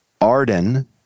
Arden